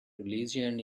religion